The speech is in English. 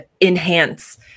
enhance